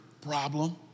problem